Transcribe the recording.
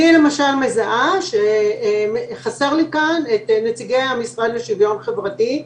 אני למשל מזהה שחסרים לי נציגי המשרד לשוויון חברתי,